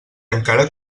encara